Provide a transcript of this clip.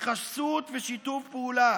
בחסות ושיתוף פעולה